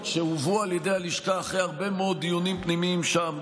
שהובאו על ידי הלשכה אחרי הרבה מאוד דיונים פנימיים שם,